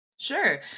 sure